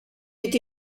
est